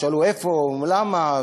שאלו: איפה, למה?